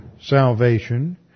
salvation